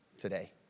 today